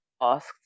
asked